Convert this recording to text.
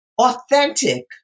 authentic